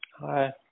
Hi